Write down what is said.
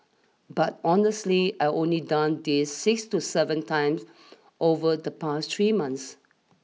but honestly I only done this six to seven times over the past three months